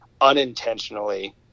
unintentionally